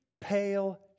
pale